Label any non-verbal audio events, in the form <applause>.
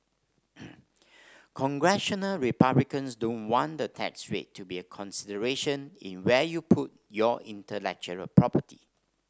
<noise> congressional republicans don't want the tax rate to be a consideration in where you put your intellectual property